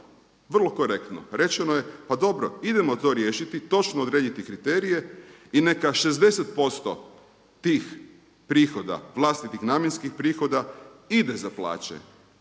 vrlo korektno. Rečeno je pa dobro, idemo to riješiti, točno odrediti kriterije i neka 60% tih prihoda vlastitih namjenskih prihoda ide za plaće,